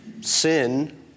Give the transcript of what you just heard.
Sin